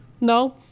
No